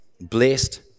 Blessed